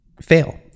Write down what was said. fail